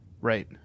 Right